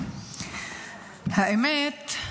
האמת,